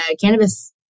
cannabis